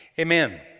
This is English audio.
Amen